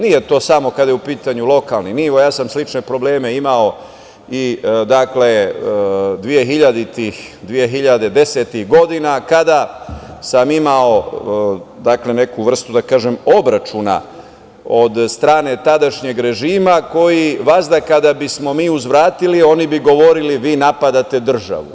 Nije to samo kada je u pitanju lokalni nivo, ja sam slične probleme imao i 2010. godina, kada sam imao neku vrstu obračuna od strane tadašnjeg režima koji vazda kada bismo mi uzvratili, oni bi govorili – vi napadate državu.